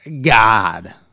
god